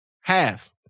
half